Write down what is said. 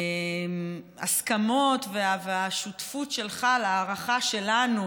ההסכמות והשותפות שלך להערכה שלנו,